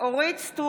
סטרוק,